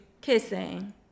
kissing